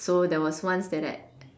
so there was once that I